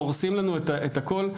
הורסים לנו את הכול.